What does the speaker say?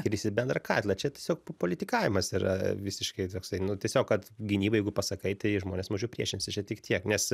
kris į bendrą katilą čia tiesiog po politikavimas yra visiškai toksai nu tiesiog kad gynyba jeigu pasakai tai žmonės mažiau priešinsis čia tik tiek nes